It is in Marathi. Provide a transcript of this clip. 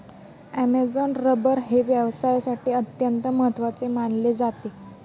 ॲमेझॉन रबर हे व्यवसायासाठी अत्यंत महत्त्वाचे मानले जाते